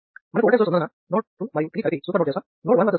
మనకు voltage source ఉన్నందున node 2 మరియు 3 కలిపి సూపర్ నోడ్ చేస్తాం